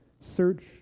Search